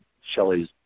Shelley's